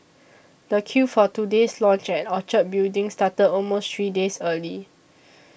the queue for today's launch at Orchard Building started almost three days early